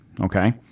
Okay